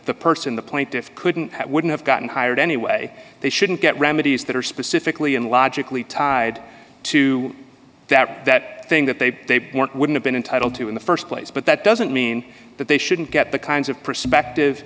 the person the plaintiffs couldn't wouldn't have gotten hired anyway they shouldn't get remedies that are specifically and logically tied to that that thing that they weren't wouldn't been entitled to in the st place but that doesn't mean that they shouldn't get the kinds of prospective